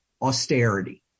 austerity